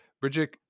Bridget